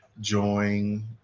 join